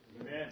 Amen